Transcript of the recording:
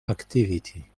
activity